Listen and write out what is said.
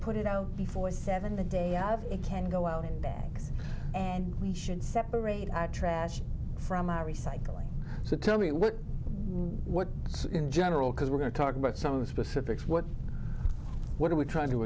put it out before seven a day out of it can go out in bags and we should separate i trash from our recycling so tell me what what in general because we're going to talk about some of the specifics what what are we trying to